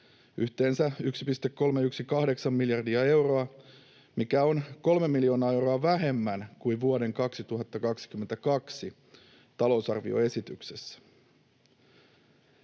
yhteensä 1,318 miljardia euroa, mikä on kolme miljoonaa euroa vähemmän kuin vuoden 2022 talousarvioesityksessä.